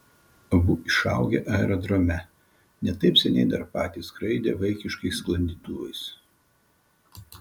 abu išaugę aerodrome ne taip seniai dar patys skraidę vaikiškais sklandytuvais